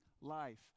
life